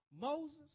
Moses